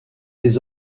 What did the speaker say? les